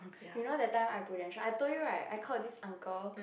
you know that time I Prudential I told you right I called this uncle